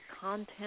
content